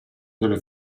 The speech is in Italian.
delle